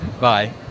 bye